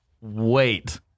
wait